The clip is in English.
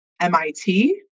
MIT